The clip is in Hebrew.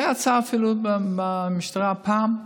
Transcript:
הייתה אפילו הצעה במשטרה פעם,